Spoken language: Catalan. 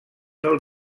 del